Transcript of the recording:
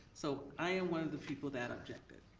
so i am one of the people that object it,